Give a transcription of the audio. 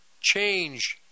change